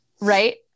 Right